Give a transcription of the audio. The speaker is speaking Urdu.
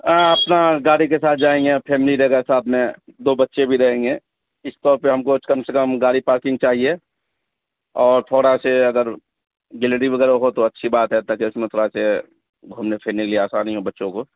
اپنا گاڑی کے ساتھ جائیں گے فیملی رہیر ساتھ میں دو بچے بھی رہیں گے اس طور پہ ہم کو کم سے کم گاڑی پارکنگ چاہیے اور تھوڑا سے اگر گلریی وغیرہ ہو تو اچھی بات ہے ت کہ اس میں تھوڑا س گھومنے پھرنے لیے آسانی ہو بچوں کو